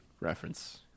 reference